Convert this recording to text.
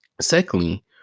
Secondly